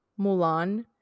Mulan